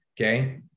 okay